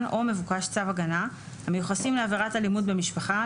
או מבוקש צו הגנה המיוחסים לעבירת אלימות במשפחה,